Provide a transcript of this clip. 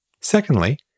Secondly